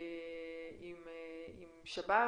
עם שב"ס,